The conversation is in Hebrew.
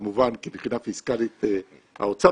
כי מבחינה פיסקאלית האוצר,